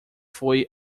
foi